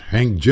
Hank